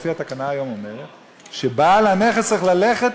לפיו התקנה היום אומרת שבעל הנכס צריך ללכת